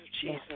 Jesus